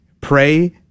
pray